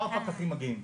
כבר פקחים מגיעים.